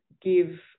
Give